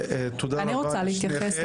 תודה רבה לשניכם.